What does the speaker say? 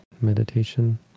meditation